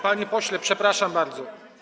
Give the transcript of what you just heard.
Panie pośle, przepraszam bardzo.